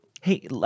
Hey